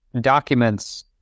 documents